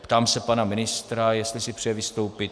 Ptám se pana ministra, jestli si přeje vystoupit.